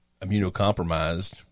immunocompromised